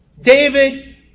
David